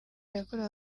yakorewe